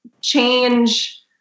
change